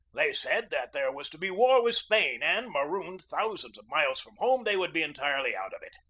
they said that there was to be war with spain and, marooned thousands of miles from home, they would be entirely out of it.